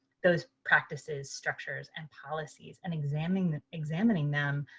those practices, structures, and policies. and examining examining them